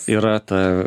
yra ta